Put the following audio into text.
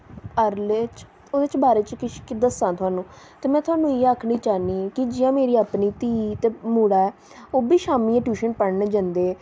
अरले च ओह्दे च बारे च किश दस्सां थाह्नूं ते में थाह्नूं इ'यै आखनी चाह्न्नीं कि जि'यां मेरी अपनी धीऽ ते मुड़ा ऐ ओह् बी शामीं गै ट्यूशन पढ़न जंदे